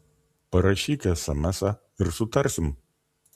parašyk esemesą ir sutarsim